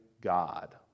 God